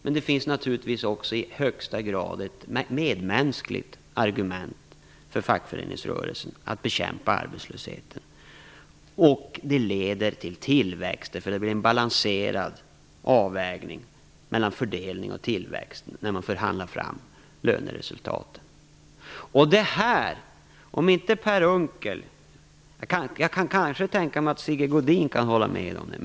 Men det finns naturligtvis också i högsta grad ett medmänskligt argument för fackföreningsrörelsen att bekämpa arbetslösheten. Det leder till tillväxt, eftersom den blir en balanserad avvägning mellan fördelning och tillväxt när man förhandlar fram löneresultaten. Jag kan kanske tänka mig att Sigge Godin kan hålla med om det.